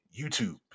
YouTube